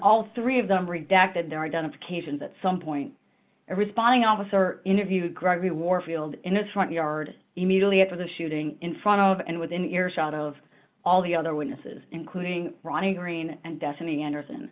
all three of them redacted their identifications at some point or responding officer interviewed gregory warfield in his front yard immediately after the shooting in front of and within earshot of all the other witnesses including ronnie green and destiny anderson